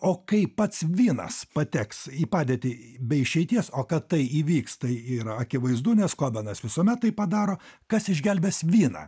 o kai pats vinas pateks į padėtį be išeities o kad tai įvyks tai yra akivaizdu nes kobenas visuomet taip padaro kas išgelbės viną